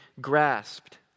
grasped